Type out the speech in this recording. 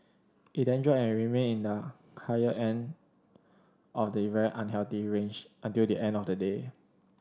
it then dropped and remained in the higher end of the even unhealthy range until the end of the day